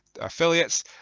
affiliates